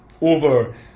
over